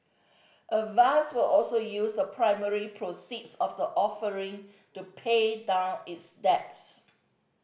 avast will also use the primary proceeds of the offering to pay down its debts